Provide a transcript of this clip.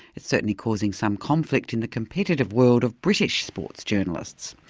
it's certainly causing some conflict in the competitive world of british sports journalists.